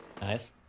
nice